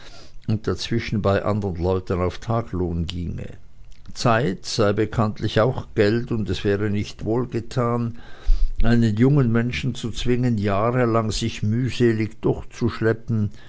und dazwischen bei andern leuten auf tagelohn ginge zeit sei bekanntlich auch geld und es wäre nicht wohlgetan einen jungen menschen zu zwingen jahrelang sich mühselig durchzuschleppen